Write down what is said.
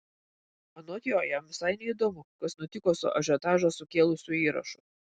anot jo jam visai neįdomu kas nutiko su ažiotažą sukėlusiu įrašu